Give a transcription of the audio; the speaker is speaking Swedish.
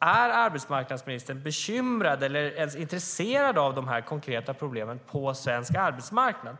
Är arbetsmarknadsministern bekymrad eller ens intresserad av de konkreta problemen på svensk arbetsmarknad?